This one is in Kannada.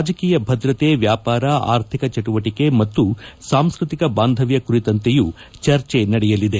ರಾಜಕೀಯ ಭದ್ರತೆ ವ್ಯಾಪಾರ ಆರ್ಥಿಕ ಚಟುವಟಿಕೆ ಮತ್ತು ಸಾಂಸ್ಕೃತಿಕ ಬಾಂಧವ್ಯ ಕುರಿತಂತೆಯೂ ಚರ್ಚೆ ನಡೆಯಲಿದೆ